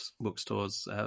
bookstores